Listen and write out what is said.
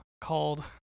called